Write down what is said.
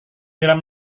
dalam